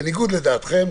בניגוד לדעתכם,